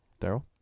Daryl